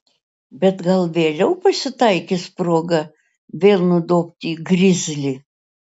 bet gal vėliau pasitaikys proga vėl nudobti grizlį